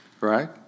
right